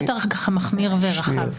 הרבה יותר מחמיר ורחב.